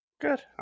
Good